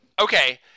Okay